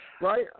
Right